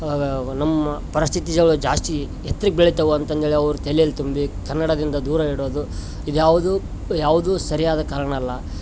ನಮ್ಮ ಪರಿಸ್ಥತಿಗಳು ಜಾಸ್ತಿ ಎತ್ರಕ್ಕೆ ಬೆಳಿತವು ಅಂತಂದು ಹೇಳಿ ಅವ್ರ ತಲೆಯಲ್ಲಿ ತುಂಬಿ ಕನ್ನಡದಿಂದ ದೂರ ಇಡೋದು ಇದು ಯಾವುದು ಯಾವುದು ಸರಿಯಾದ ಕಾರಣ ಅಲ್ಲ